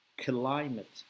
climate